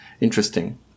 interesting